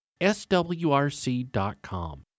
swrc.com